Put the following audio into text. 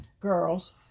Girls